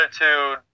attitude